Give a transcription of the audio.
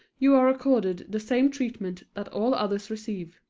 you are accorded the same treatment that all others receive.